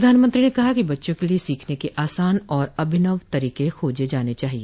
प्रधानमंत्री ने कहा कि बच्चों के लिए सीखने के आसान और अभिनव तरीके खोजे जाने चाहिए